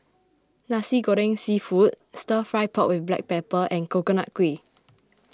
Nasi Goreng Seafood Stir Fry Pork with Black Pepper and Coconut Kuih